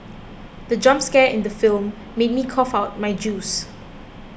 the jump scare in the film made me cough out my juice